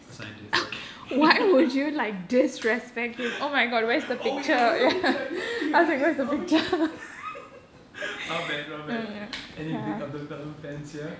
a scientist okay oh ya where's the picture ya ya oh shit not bad not bad any big அப்துல்கலாம்:abdul kalam fans here